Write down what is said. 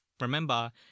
remember